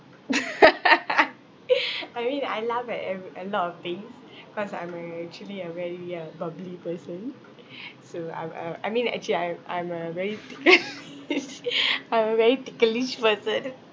I mean I laugh at every~ a lot of things cause I'm uh actually a very uh bubbly person so I I I mean uh actually I I'm a very ticklish I'm a very ticklish person